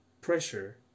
pressure